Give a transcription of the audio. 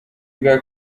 bwa